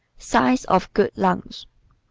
signs of good lungs